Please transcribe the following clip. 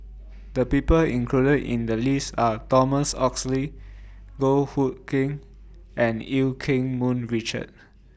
The People included in The list Are Thomas Oxley Goh Hood Keng and EU Keng Mun Richard